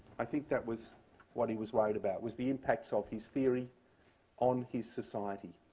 i think that was what he was worried about, was the impacts of his theory on his society.